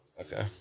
Okay